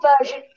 version